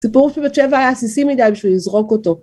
הסיפור של בת-שבע היה עסיסי מדי בשביל לזרוק אותו.